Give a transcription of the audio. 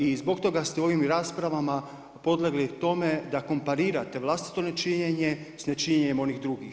I zbog toga ste u ovim raspravama podlegli tome da komparirate vlastito nečinjenje sa nečinjenjem onih drugih.